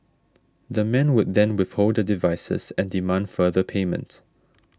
the men would then withhold the devices and demand further payment